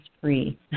free